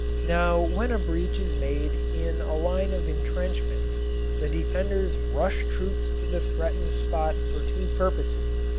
now when a breach is made in a line of intrenchments the defenders rush troops to the threatened spot for two purposes,